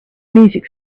music